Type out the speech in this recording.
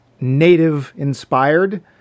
native-inspired